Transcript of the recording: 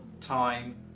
time